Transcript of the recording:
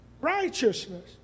Righteousness